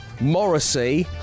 Morrissey